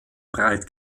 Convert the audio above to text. breit